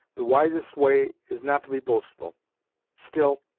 the wisest way is not to be boastful still,